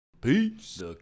Peace